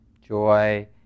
joy